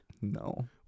no